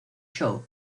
show